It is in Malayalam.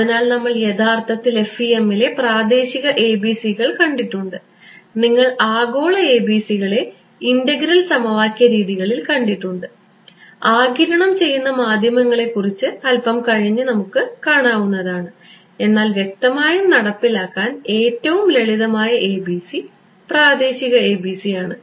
അതിനാൽ നമ്മൾ യഥാർത്ഥത്തിൽ FEM ലെ പ്രാദേശിക ABC കൾ കണ്ടിട്ടുണ്ട് നിങ്ങൾ ആഗോള ABC കളെ ഇന്റഗ്രൽ സമവാക്യ രീതികളിൽ കണ്ടിട്ടുണ്ട് ആഗിരണം ചെയ്യുന്ന മാധ്യമങ്ങളെ കുറിച്ച് അല്പം കഴിഞ്ഞ് നമുക്ക് കാണാവുന്നതാണ് എന്നാൽ വ്യക്തമായും നടപ്പിലാക്കാൻ ഏറ്റവും ലളിതമായ ABC പ്രാദേശിക ABC ആണ്